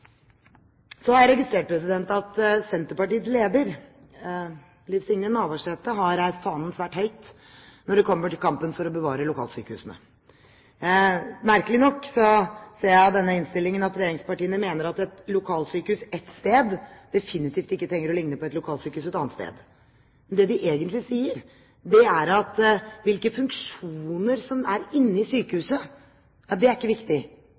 Så har jeg registrert at Senterpartiets leder, Liv Signe Navarsete, har reist fanen svært høyt når det kommer til kampen for å bevare lokalsykehusene. Merkelig nok ser jeg av denne innstillingen at regjeringspartiene mener at et lokalsykehus ett sted definitivt ikke trenger å ligne på et lokalsykehus et annet sted. Det de egentlig sier, er at hvilke funksjoner som er inne i sykehuset, ikke er viktig, det som er viktig,